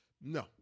No